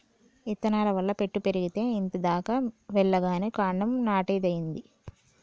ఇత్తనాల వల్ల పెట్టు పెరిగేతే ఇంత దాకా వెల్లగానే కాండం నాటేదేంది